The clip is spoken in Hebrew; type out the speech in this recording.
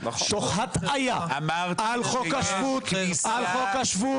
הטעיה על חוק השבות.